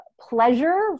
pleasure